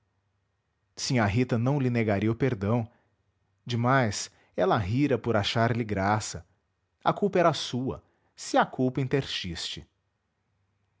a tarefa sinhá rita não lhe negaria o perdão demais ela rira por achar lhe graça a culpa era sua se há culpa em